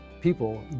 people